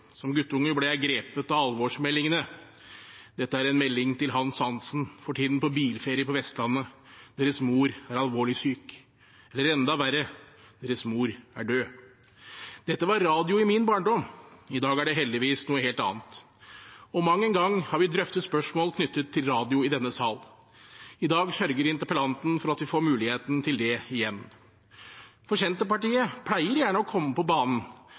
alvorsmeldingene: «Dette er en melding til Hans Hansen, for tiden på bilferie på Vestlandet. Deres mor er alvorlig syk.» Eller enda verre: «Deres mor er død.» Dette var radio i min barndom. I dag er det heldigvis noe helt annet. Og mang en gang har vi drøftet spørsmål knyttet til radio i denne sal. I dag sørger interpellanten for at vi får muligheten til det igjen. For Senterpartiet pleier gjerne å komme på banen